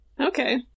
Okay